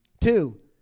Two